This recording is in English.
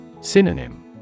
Synonym